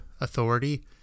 authority